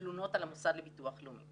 תלונות על המוסד לביטוח לאומי,